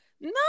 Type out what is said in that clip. no